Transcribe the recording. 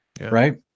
right